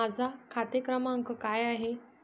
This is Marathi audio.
माझा खाते क्रमांक काय आहे?